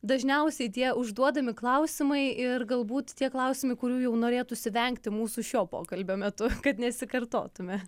dažniausiai tie užduodami klausimai ir galbūt tie klausimai kurių jau norėtųsi vengti mūsų šio pokalbio metu kad nesikartotume